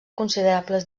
considerables